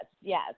yes